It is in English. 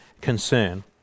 concern